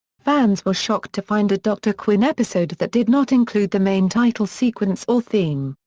fans were shocked to find a dr. quinn episode that did not include the main title sequence or theme.